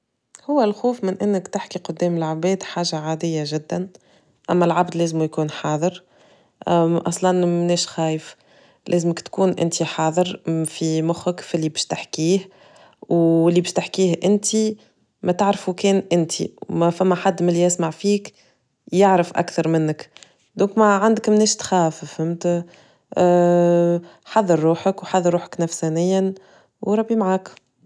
هو الخوف من إنك تحكي قدام العباد حاجة عادية جدًا، أما العبد لازمو يكون حاضر، أصلا منيش خايف لازمك تكون إنت حاذر في مخك ف اللي باش تحكيه، أو اللي باش تحكيه إنتي، ما تعرفو كان إنتي ما فما حد من اللي يسمع فيك يعرف أكثر منك دوك ما عندك، من إيش تخاف فهمت، حذر روحك وحذر روحك نفسانيًا، وربي معاك.